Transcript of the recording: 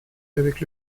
avec